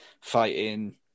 fighting